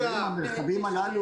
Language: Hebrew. המרחבים הללו